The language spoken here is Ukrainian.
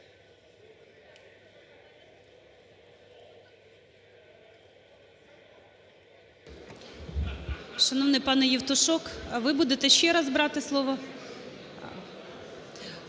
Шановний пане Євтушок, ви будете ще раз брати слово?